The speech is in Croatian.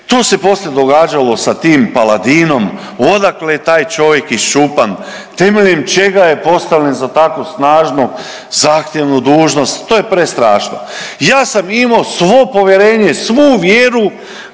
To se poslije događalo sa tim Paladinom. Odakle je taj čovjek iščupan, temeljem čega je postavljen za takvu snažnu, zahtjevnu dužnost. To je prestrašno! Ja sam imao svo povjerenje, svu vjeru